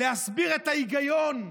להסביר את ההיגיון,